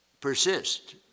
persist